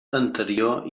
anterior